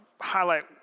highlight